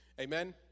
Amen